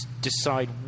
decide